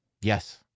Yes